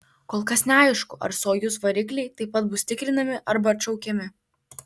kol kas neaišku ar sojuz varikliai taip pat bus tikrinami arba atšaukiami